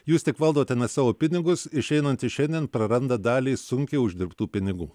jūs tik valdote savo pinigus išeinantys šiandien praranda dalį sunkiai uždirbtų pinigų